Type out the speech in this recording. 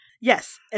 yes